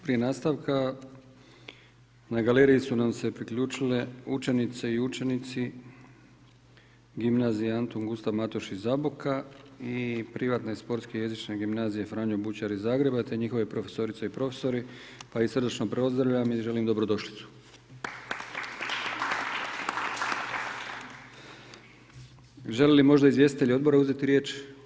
Prije nastavka, na galeriji su nam se priključile učenice i učenici gimnazija Antun Gustav-Matoš iz Zaboka i Privatne sportske jezične gimnazije Franjo Bučar iz Zagreba, te njihove profesorice i profesori pa ih srdačno pozdravljam i želim dobrodošlicu. Žele li možda izvjestitelji odbora uzeti riječ?